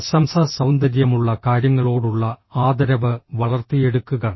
പ്രശംസഃ സൌന്ദര്യമുള്ള കാര്യങ്ങളോടുള്ള ആദരവ് വളർത്തിയെടുക്കുക